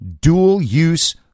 dual-use